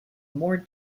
more